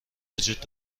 وجود